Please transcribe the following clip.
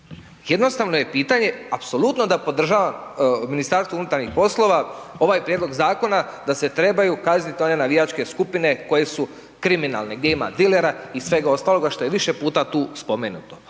Jednostavno je pitanje, apsolutno da podržavam MUP, ovaj prijedlog zakona da se trebaju kazniti one navijačke skupine koje su kriminalne, gdje ima dilera i svega ostaloga što je više puta tu spomenuto.